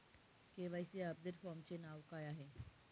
KYC update फॉर्मचे नाव काय आहे?